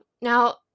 Now